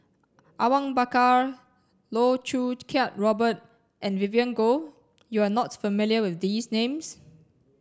Awang Bakar Loh Choo Kiat Robert and Vivien Goh you are not familiar with these names